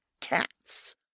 cats